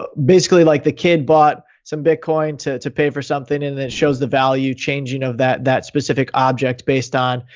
ah basically like the kid bought some bitcoin to to pay for something and then shows the value changing of that, that specific object based on,